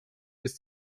ist